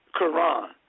Quran